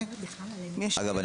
ואם יש שאלות --- אגב,